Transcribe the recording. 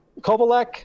Kovalek